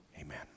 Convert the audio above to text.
amen